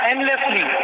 Endlessly